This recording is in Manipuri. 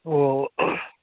ꯑꯣ